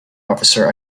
officer